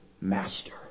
master